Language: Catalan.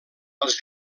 els